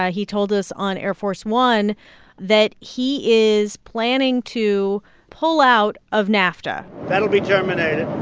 ah he told us on air force one that he is planning to pull out of nafta that'll be terminated. and